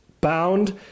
bound